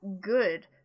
good